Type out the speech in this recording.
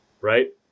right